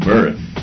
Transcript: Birth